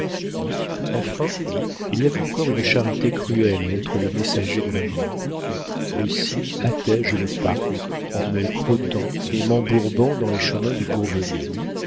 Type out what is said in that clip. enfin il y avait encore une charité cruelle à être le messager de la mort aussi hâtais je le pas en me crottant et m'embourbant dans les chemins du bourbonnais